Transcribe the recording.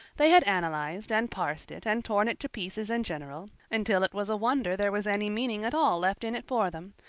they had analyzed and parsed it and torn it to pieces in general until it was a wonder there was any meaning at all left in it for them,